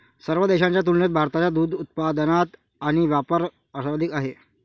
सर्व देशांच्या तुलनेत भारताचा दुग्ध उत्पादन आणि वापर सर्वाधिक आहे